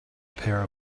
pair